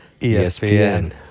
ESPN